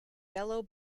yellow